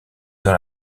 dans